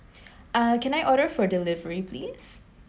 uh can I order for delivery please